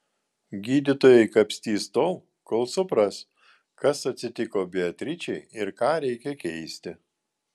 gydytojai kapstys tol kol supras kas atsitiko beatričei ir ką reikia keisti